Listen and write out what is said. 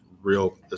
real